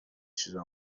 چیزو